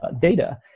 data